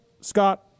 Scott